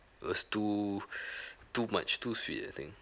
it was too too much too sweet I think